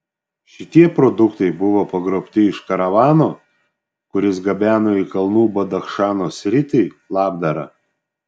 šitie produktai buvo pagrobti iš karavano kuris gabeno į kalnų badachšano sritį labdarą